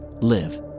Live